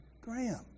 Graham